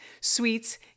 sweets